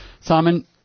Simon